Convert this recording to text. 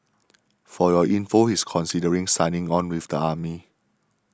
For Your Inform he's considering signing on with the army